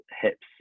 hips